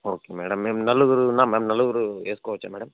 okay madam మేము నలుగురం ఉన్నాం మేము నలుగురం వేసుకోవచ్చా మేడం